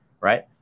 right